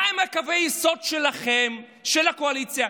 מהם קווי היסוד שלכם, של הקואליציה?